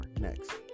next